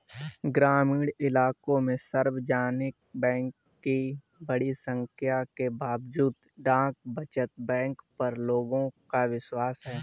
ग्रामीण इलाकों में सार्वजनिक बैंक की बड़ी संख्या के बावजूद डाक बचत बैंक पर लोगों का विश्वास है